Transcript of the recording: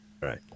Right